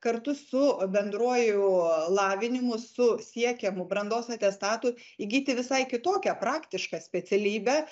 kartu su bendruoju lavinimu su siekiamu brandos atestatu įgyti visai kitokią praktišką specialybę